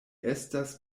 estas